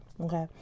okay